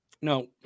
no